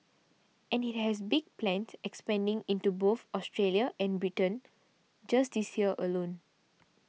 and it has big plans expanding into both Australia and Britain just this year alone